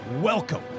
welcome